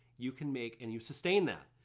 you can make, and you sustain that,